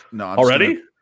Already